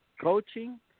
coaching